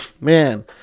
Man